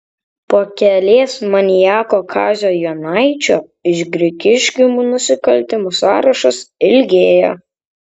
pakelės maniako kazio jonaičio iš grigiškių nusikaltimų sąrašas ilgėja